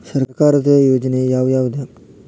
ಸರ್ಕಾರದ ಯೋಜನೆ ಯಾವ್ ಯಾವ್ದ್?